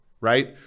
right